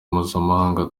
mpuzamahanga